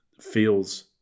feels